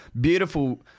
beautiful